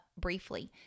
briefly